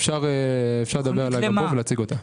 אפשר להציג אותה.